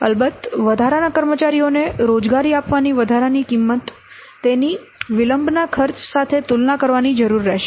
અલબત્ત વધારાના કર્મચારીઓને રોજગારી આપવાની વધારાની કિંમત તેની વિલંબના ખર્ચ સાથે તુલના કરવાની જરૂર રહેશે